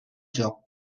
joc